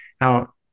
Now